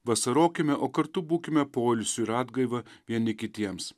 vasarokime o kartu būkime poilsiu ir atgaiva vieni kitiems